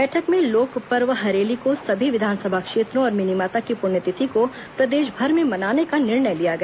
बैठक में लोक पर्व हरेली को सभी विधानसभा क्षेत्रों और मिनीमाता की पुण्यतिथि को प्रदेशभर में मनाने का निर्णय लिया गया